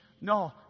no